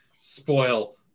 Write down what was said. spoil